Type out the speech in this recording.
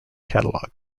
catalog